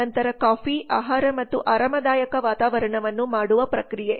ನಂತರ ಕಾಫಿ ಆಹಾರ ಮತ್ತು ಆರಾಮದಾಯಕ ವಾತಾವರಣವನ್ನು ಮಾಡುವ ಪ್ರಕ್ರಿಯೆ